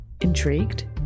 Intrigued